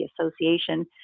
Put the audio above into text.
association